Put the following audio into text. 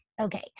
okay